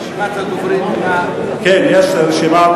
רשימת הדוברים, כן, יש רשימה.